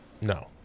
No